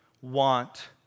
want